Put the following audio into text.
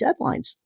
deadlines